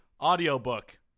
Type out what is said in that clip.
audiobook